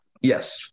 Yes